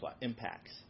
impacts